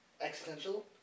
Existential